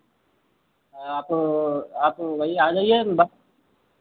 आप आप वहीं आ जाइए